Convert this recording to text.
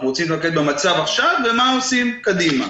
אנחנו רוצים להתמקד במצב עכשיו ומה עושים קדימה.